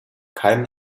keinen